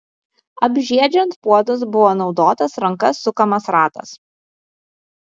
apžiedžiant puodus buvo naudotas ranka sukamas ratas